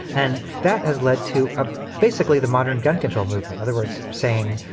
and that has led to a basically the modern gun control movement. other words, saying,